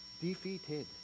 Defeated